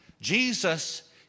Jesus